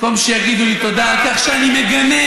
ובמקום שיגידו לי תודה על כך שאני מגנה,